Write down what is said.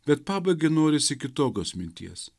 bet pabaigai norisi kitokios minties